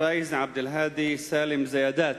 פאיז עבד-אלמהדי סאלם זיאדאת.